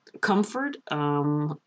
comfort